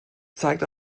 zeigt